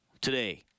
today